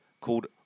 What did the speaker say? called